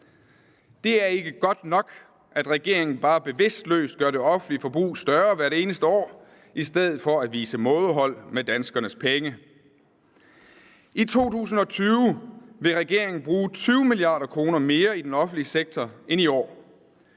Det er ikke godt nok, at regeringen bare bevidstløst gør det offentlige forbrug større hvert eneste år i stedet for at udvise mådehold med danskernes penge. I 2020 vil regeringen bruger 20 mia. kr. mere i den offentlige sektor end i år.